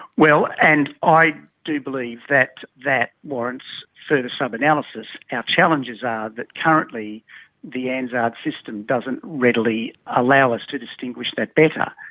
well, and i do believe that that warrants further sub-analysis. our challenges are that currently the anzard system doesn't readily allow us to distinguish that better.